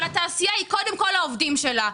אבל התעשייה היא קודם כול העובדים שלה,